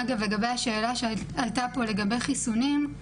אגב לגבי השאלה שעלתה פה לגבי חיסונים,